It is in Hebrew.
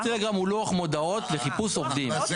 ערוץ